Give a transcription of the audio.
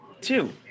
two